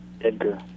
Edgar